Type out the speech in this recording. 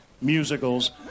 musicals